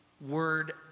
word